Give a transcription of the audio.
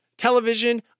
television